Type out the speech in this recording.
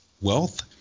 wealth